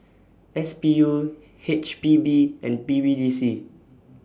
S B U H P B and B B D C